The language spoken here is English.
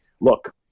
look